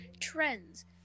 trends